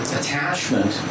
attachment